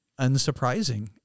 unsurprising